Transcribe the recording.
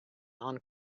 non